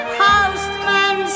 postman